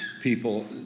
people